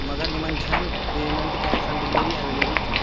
مگر یِمن چھنہٕ payment cash on delivery available کیٚنٛہہ